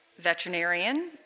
veterinarian